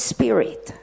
Spirit